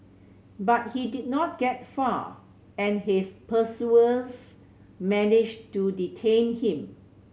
but he did not get far and his pursuers managed to detain him